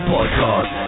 Podcast